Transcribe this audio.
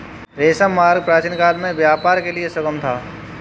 रेशम मार्ग प्राचीनकाल में व्यापार के लिए सुगम था